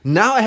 now